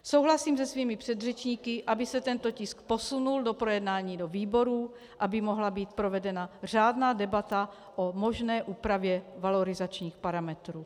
Souhlasím se svými předřečníky, aby se tento tisk posunul do projednání do výborů, aby mohla být provedena řádná debata o možné úpravě valorizačních parametrů.